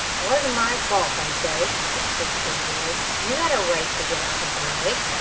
wasn't my fault, i say! blustered the big boy. you had a right to get out of the way.